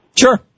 Sure